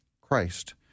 Christ